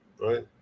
right